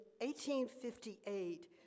1858